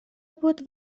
بود